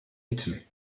italy